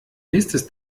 nächstes